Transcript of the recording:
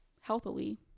healthily